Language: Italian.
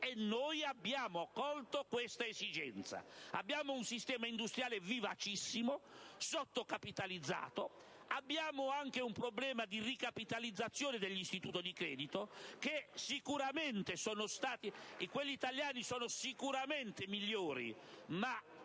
e noi abbiamo colto tale esigenza. Abbiamo un sistema industriale vivacissimo, sottocapitalizzato; abbiamo anche un problema di ricapitalizzazione degli istituti di credito. Quelli italiani sono sicuramente migliori, ma